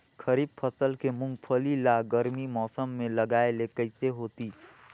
खरीफ फसल के मुंगफली ला गरमी मौसम मे लगाय ले कइसे होतिस?